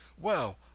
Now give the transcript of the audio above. Well